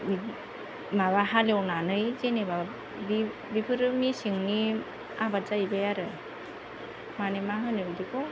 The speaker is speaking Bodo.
माबा हालेवनानै जेनेबा बिफोरो मेसेंनि आबाद जाहैबाय आरो माने मा होनो बिदिखौ